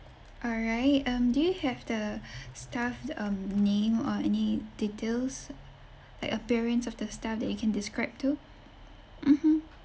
all right um do you have the staff um name or any details like appearance of the staff that you can describe too mmhmm